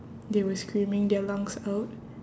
they were screaming their lungs out